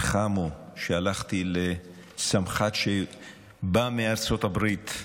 חמו כשהלכתי לסמח"ט שבא מארצות הברית,